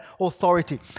authority